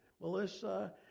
Melissa